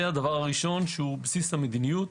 זה הדבר הראשון שהוא בסיס המדיניות.